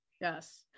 yes